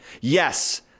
yes